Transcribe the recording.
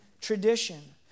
tradition